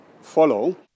follow